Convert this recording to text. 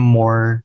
more